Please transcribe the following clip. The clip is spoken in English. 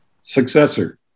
successor